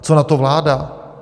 Co na to vláda?